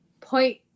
point